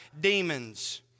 demons